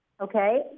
okay